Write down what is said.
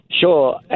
Sure